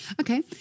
Okay